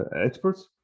experts